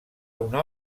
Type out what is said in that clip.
una